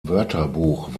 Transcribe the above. wörterbuch